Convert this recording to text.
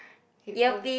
headphone